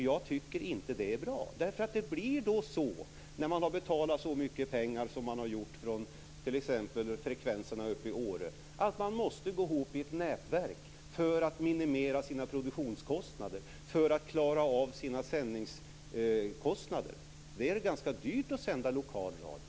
Jag tycker inte att det är bra. När man har betalat så mycket pengar som man har gjort för frekvenserna uppe i Åre blir det så att man måste gå ihop i ett nätverk för att minimera sina produktionskostnader och klara av sina sändningskostnader. Det är ganska dyrt att sända lokal radio.